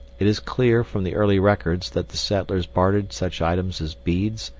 it is clear from the early records that the settlers bartered such items as beads,